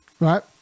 right